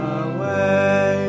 away